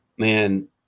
Man